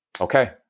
okay